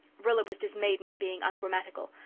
rilla was dismayed into being ungrammatical.